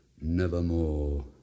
nevermore